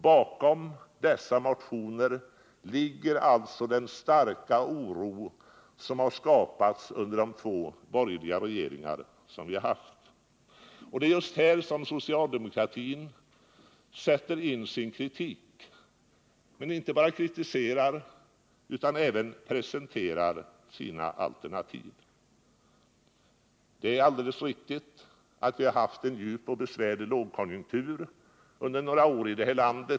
Bakom dessa motioner ligger alltså den starka oro som har skapats under de två borgerliga regeringar som vi har haft. Det är just här socialdemokratin sätter in sin kritik, men inte bara kritiserar utan även presenterar sina alternativ. Det är alldeles riktigt att vi under några år har haft en djup och besvärande lågkonjunktur i vårt land.